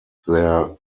their